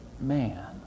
man